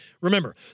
Remember